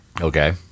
Okay